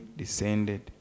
descended